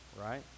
right